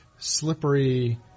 Slippery